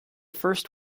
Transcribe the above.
first